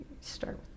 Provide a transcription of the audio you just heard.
start